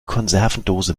konservendose